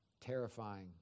terrifying